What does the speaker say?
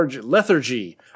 lethargy